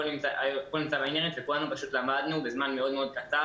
הכול נמצא באינטרנט ואת הכול למדנו בזמן קצר.